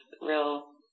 real